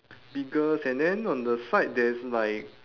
biggest and then on the side there is like